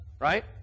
right